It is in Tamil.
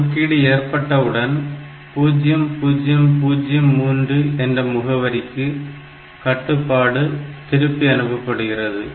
குறுக்கீடு ஏற்பட்டவுடன் 0003 என்ற முகவரிக்கு கட்டுப்பாடு திருப்பி அனுப்பப்படுகிறது